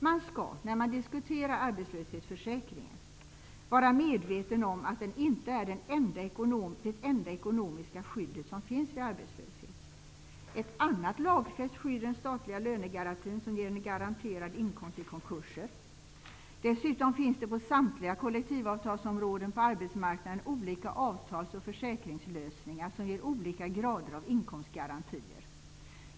Man skall, när man diskuterar arbetslöshetsförsäkringen, vara medveten om att den inte är det enda ekonomiska skyddet som finns vid arbetslöshet. Ett annat lagfäst skydd är den statliga lönegarantin som ger en garanterad inkomst vid konkurser. Dessutom finns på samtliga kollektivavtalsområden på arbetsmarknaden olika avtals och försäkringslösningar som ger olika grader av inkomstgarantier.